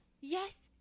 yes